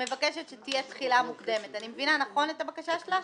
שתהיה תחילה מוקדמת, אני מבינה נכון את הבקשה שלך?